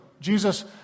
Jesus